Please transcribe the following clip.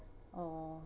or